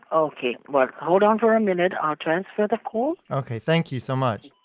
ok, like hold on for a minute. i'll transfer the call. ok, thank you so much.